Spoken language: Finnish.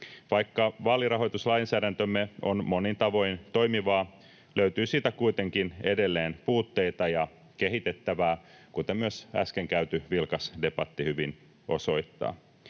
Vaikka vaalirahoituslainsäädäntömme on monin tavoin toimivaa, löytyy siitä kuitenkin edelleen puutteita ja kehitettävää, kuten myös äsken käyty vilkas debatti hyvin osoittaa.